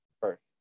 first